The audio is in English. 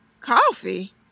Coffee